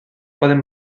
poden